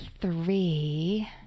three